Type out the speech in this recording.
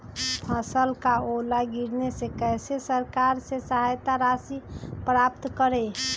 फसल का ओला गिरने से कैसे सरकार से सहायता राशि प्राप्त करें?